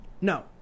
No